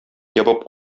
ябып